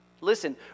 Listen